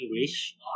English